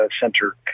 center